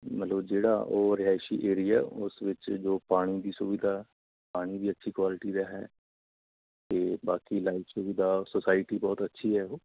ਮਤਲਬ ਜਿਹੜਾ ਉਹ ਰਿਹਾਇਸ਼ੀ ਏਰੀਆ ਉਸ ਵਿੱਚ ਜੋ ਪਾਣੀ ਦੀ ਸੁਵਿਧਾ ਪਾਣੀ ਵੀ ਅੱਛੀ ਕੁਆਲਿਟੀ ਦਾ ਹੈ ਅਤੇ ਬਾਕੀ ਸੁਵਿਧਾ ਔਰ ਸੁਸਾਇਟੀ ਬਹੁਤ ਅੱਛੀ ਹੈ ਉਹ